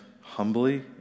humbly